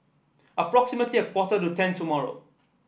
approximately a quarter to ten tomorrow